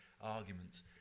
arguments